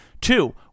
Two